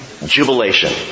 Jubilation